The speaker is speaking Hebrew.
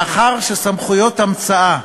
מאחר שסמכויות המצאה,